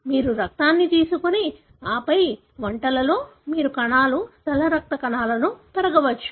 మీరు రక్తాన్ని తీసుకుని ఆపై వంటలలో మీరు కణాలు తెల్ల రక్త కణాలు పెరగవచ్చు